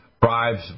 bribes